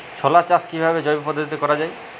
ছোলা চাষ কিভাবে জৈব পদ্ধতিতে করা যায়?